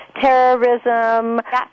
terrorism